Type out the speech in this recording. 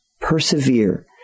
persevere